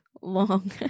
Long